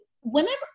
whenever